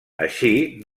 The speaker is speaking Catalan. així